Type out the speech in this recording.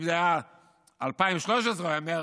אם זה היה 2013, הוא היה אומר.